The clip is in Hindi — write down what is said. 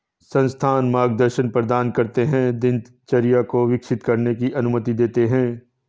संस्थान मार्गदर्शन प्रदान करते है दिनचर्या को विकसित करने की अनुमति देते है